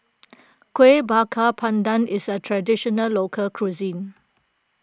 Kueh Bakar Pandan is a Traditional Local Cuisine